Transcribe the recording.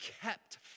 kept